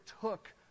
took